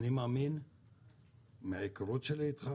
אני מאמין מההיכרות שלי איתך